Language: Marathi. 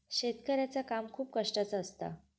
शेतकऱ्याचा काम खूप कष्टाचा असता